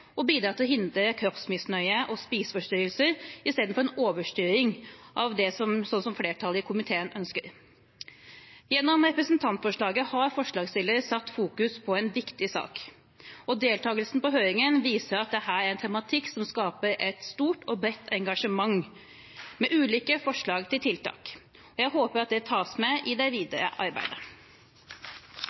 og bidra til å hindre kroppsmisnøye og spiseforstyrrelser, istedenfor en overstyring, slik som flertallet i komiteen ønsker. Gjennom representantforslaget har forslagsstillerne satt fokus på en viktig sak. Deltakelsen på høringen viser at dette er en tematikk som skaper et stort og bredt engasjement, med ulike forslag til tiltak. Jeg håper at det tas med i det videre arbeidet.